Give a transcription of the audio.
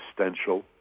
existential